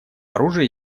оружия